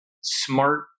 smart